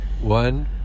One